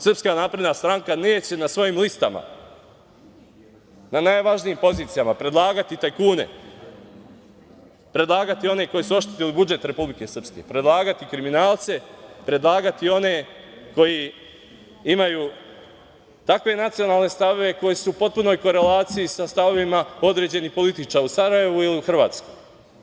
Srpska napredna stranka neće na svojim listama na najvažnijim pozicijama predlagati tajkune, predlagati one koji su oštetili budžet Republike Srbije, predlagati kriminalce, predlagati one koji imaju takve nacionalne stavove koji su u potpunoj korelaciji sa stavovima određenih političara u Sarajevu ili u Hrvatskoj.